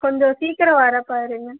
கொஞ்சம் சீக்கிரம் வர பாருங்கள்